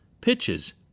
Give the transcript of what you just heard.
pitches